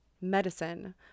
medicine